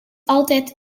altijd